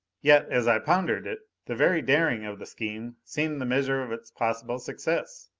yet, as i pondered it, the very daring of the scheme seemed the measure of its possible success.